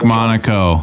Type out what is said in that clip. Monaco